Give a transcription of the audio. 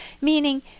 meaning